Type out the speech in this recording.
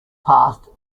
passed